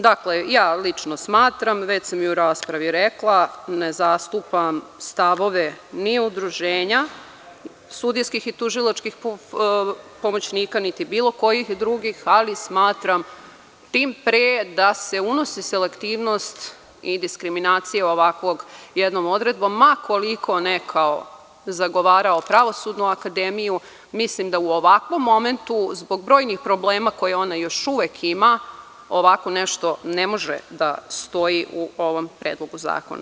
Dakle, ja lično smatram, već sam i u raspravi rekla ne zastupam stavove ni udruženja sudijskih i tužilačkih pomoćnika niti bilo kojih drugih, ali smatram tim pre da se unosi selektivnost i diskriminacija ovakvog jednom odredbom ma koliko neko zagovarao pravosudnu akademiju, mislim da u ovakvom momentu zbog brojnih problema koje ona još uvek ima ovako nešto ne može da stoji u ovom predlogu zakona.